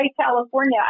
California